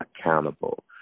accountable